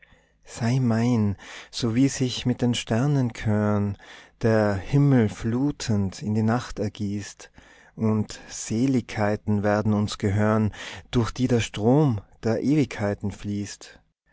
sei mein so wie sich mit den sternenchören der himmel flutend in die nacht ergießt und seligkeiten werden uns gehören durch die der strom der ewigkeiten fließt